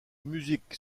musiques